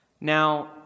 Now